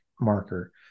marker